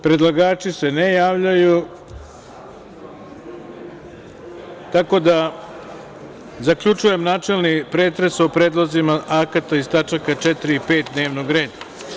Predlagači se ne javljaju, tako da zaključujem načelni pretres o predlozima akata iz tačaka 4. i 5. dnevnog reda.